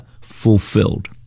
fulfilled